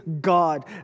God